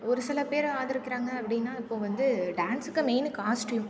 ஒரு சில பேர் ஆதரிக்கிறாங்க அப்படின்னா இப்போ வந்து டான்ஸுக்கு மெயினு காஸ்ட்யூம்